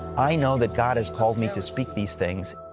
i know that god has called me to speak these things.